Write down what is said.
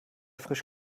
frisch